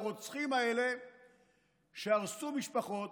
הרוצחים האלה שהרסו משפחות,